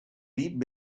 deep